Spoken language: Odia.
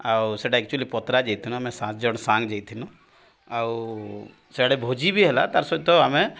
ଆଉ ସେଟା ଆକ୍ଚୁଆଲି ପତ୍ର ଯାଇଥିନୁ ଆମେ ସାତଜଣ ସାଙ୍ଗ ଯାଇଥିନୁ ଆଉ ସେଆଡ଼େ ଭୋଜି ବି ହେଲା ତାର୍ ସହିତ ଆମେ